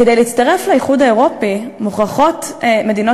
כדי להצטרף לאיחוד האירופי מוכרחות מדינות